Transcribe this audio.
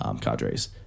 cadres